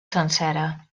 sencera